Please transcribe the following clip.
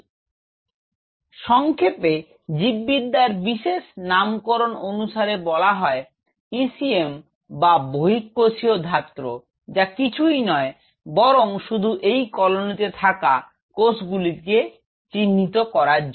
তো সংক্ষেপে জীববিদ্যার বিশেষ নামকরন অনুসারে বলা হয় ECM বা বহিঃকোষীয় ধাত্র যা কিছুই নয় বরং শুধু এই কলোনিতে থাকা এই কোষগুলিকে চিহ্নিত করার জন্য